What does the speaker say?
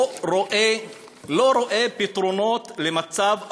אני לא רואה פתרונות למצב העוני,